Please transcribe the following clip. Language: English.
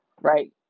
right